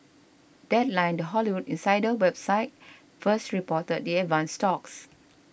deadline the Hollywood insider website first reported the advanced talks